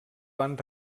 van